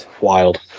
wild